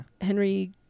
Henry